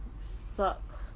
suck